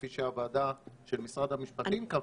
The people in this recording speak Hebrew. כפי שהוועדה של משרד המשפטים קבעה.